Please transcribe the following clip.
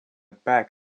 back